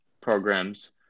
programs